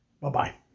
Bye-bye